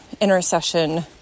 intercession